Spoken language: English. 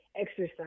exercise